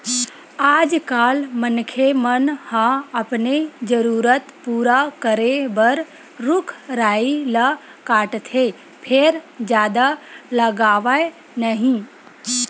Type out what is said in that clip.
आजकाल मनखे मन ह अपने जरूरत पूरा करे बर रूख राई ल काटथे फेर जादा लगावय नहि